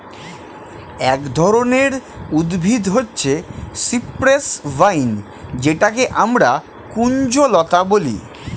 এক ধরনের উদ্ভিদ হচ্ছে সিপ্রেস ভাইন যেটাকে আমরা কুঞ্জলতা বলি